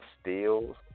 steals